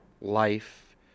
life